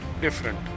different